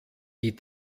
die